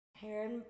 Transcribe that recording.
hair